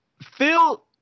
phil